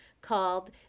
called